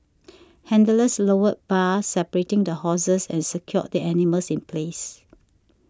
handlers lowered bars separating the horses and secured the animals in place